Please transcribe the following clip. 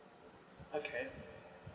okay